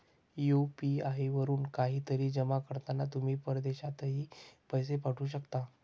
UPI वरून काहीतरी जमा करताना तुम्ही परदेशातही पैसे पाठवू शकता